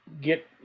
get